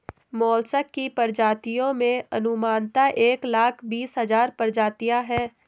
mollusc की प्रजातियों में अनुमानतः एक लाख बीस हज़ार प्रजातियां है